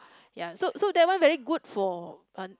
ya so so that one very good for